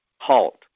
Halt